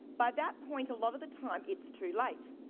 by that point, a lot of the time, it's too late.